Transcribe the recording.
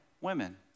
women